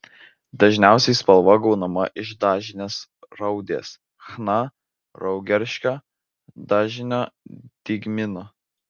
dažniausiai spalva gaunama iš dažinės raudės chna raugerškio dažinio dygmino